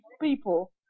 people